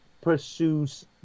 pursues